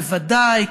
בוודאי,